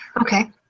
okay